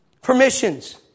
Permissions